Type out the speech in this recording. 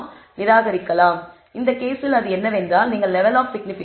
எனவே இந்த கேஸில் அது என்னவென்றால் நீங்கள் லெவல் ஆஃ சிக்னிபிகன்ஸ் 0